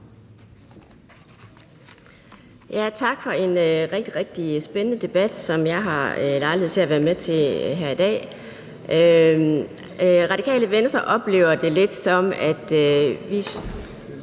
Tak for en rigtig, rigtig spændende debat, som jeg har lejlighed til at være med til her i dag. Radikale Venstre oplever det lidt, som om vi